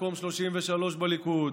מקום 33 בליכוד,